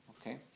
Okay